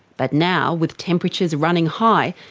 but now, with temperatures running high,